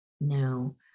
no